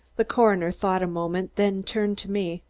the coroner thought a moment, then turned to me.